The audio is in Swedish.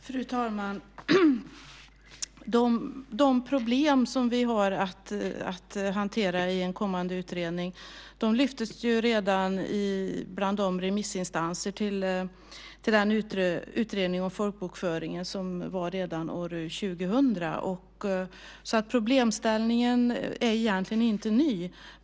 Fru talman! De problem som vi har att hantera i en kommande utredning lyftes fram redan av remissinstanserna för den utredning om folkbokföringen som genomfördes 2000. Problemställningen är egentligen inte ny.